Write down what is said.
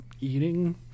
eating